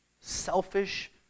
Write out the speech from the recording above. selfish